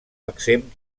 exempt